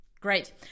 Great